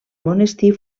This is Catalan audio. monestir